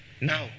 Now